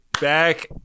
back